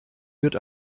wird